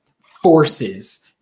forces